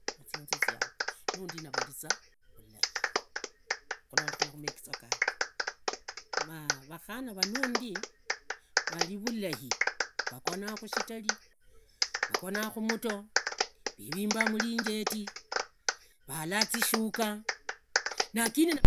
Muzinzu ziaro nundi valiza vulai, khalondekhana na megizo ganje, maa vakhana vanundi, vari vulai, vagonaa kushitali, vugonaa khumatoo, vivimba milingeti, valaa zishuka lakini.